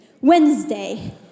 Wednesday